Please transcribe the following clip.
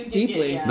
deeply